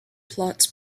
plots